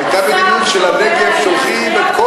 זה לא